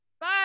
Bye